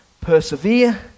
persevere